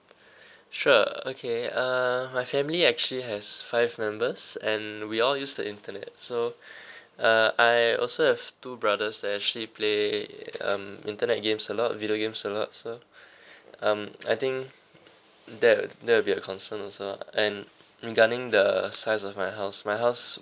sure uh okay uh my family actually has five members and we all use the internet so uh I also have two brothers that actually play um internet games a lot video games a lot so um I think that that will be a concern also and regarding the the size of my house my house